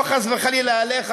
לא חס וחלילה עליך,